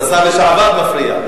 אז השר לשעבר מפריע.